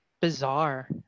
Bizarre